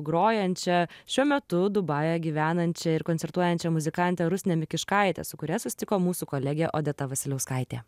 grojančią šiuo metu dubajuje gyvenančią ir koncertuojančią muzikantę rusne mikiškaite su kuria susitiko mūsų kolegė odeta vasiliauskaitė